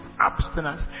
abstinence